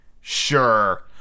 Sure